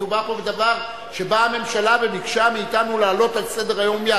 מדובר פה בדבר שבאה הממשלה וביקשה מאתנו להעלות זאת מייד על סדר-היום.